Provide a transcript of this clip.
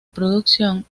producción